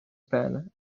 ben